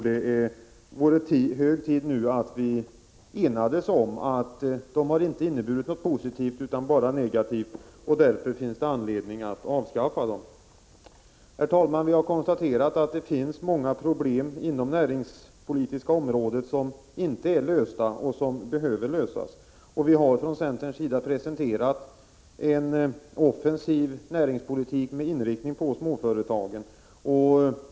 Det är nu hög tid att vi enas om att de inte har inneburit något positivt utan bara negativt och att det därför finns anledning att avskaffa dem. Herr talman! Vi har konstaterat att det finns många problem inom det näringspolitiska området som inte är lösta, men som behöver lösas. Vi har från centerns sida presenterat en offensiv näringspolitik med inriktning på småföretagen.